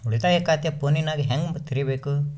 ಉಳಿತಾಯ ಖಾತೆ ಫೋನಿನಾಗ ಹೆಂಗ ತೆರಿಬೇಕು?